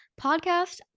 podcast